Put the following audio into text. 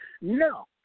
no